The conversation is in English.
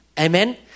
Amen